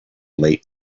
late